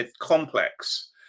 complex